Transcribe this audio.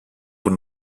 που